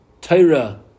Torah